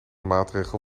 maatregel